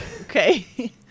Okay